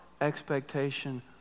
expectation